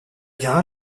jar